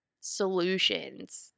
solutions